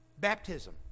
baptism